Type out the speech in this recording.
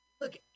look